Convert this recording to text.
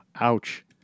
Ouch